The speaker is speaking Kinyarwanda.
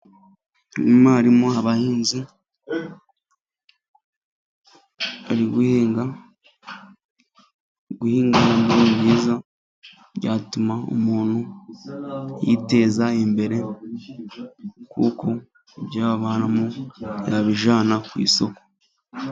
Umwarimu, abahinzi bari guhinga, guhinga ni byiza, byatuma umuntu yiteza imbere, kuko ibyo avanamo yabijyanana ku isoko.